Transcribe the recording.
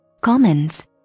comments